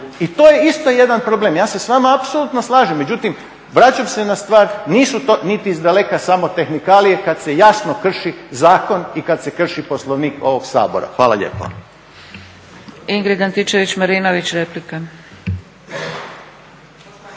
I to je isto jedan problem. Ja se s vama apsolutno slažem, međutim vraćam se na stvar, nisu to ni izdaleka samo tehnikalije kad se jasno krši zakon i kad se krši Poslovnik ovog Sabora. Hvala lijepo.